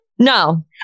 No